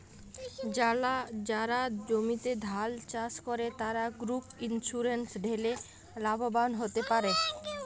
যারা জমিতে ধাল চাস করে, তারা ক্রপ ইন্সুরেন্স ঠেলে লাভবান হ্যতে পারে